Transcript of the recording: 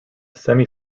semi